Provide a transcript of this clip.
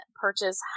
purchase